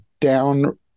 down